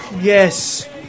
Yes